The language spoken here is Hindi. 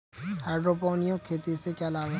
हाइड्रोपोनिक खेती से क्या लाभ हैं?